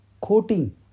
coating